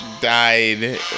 died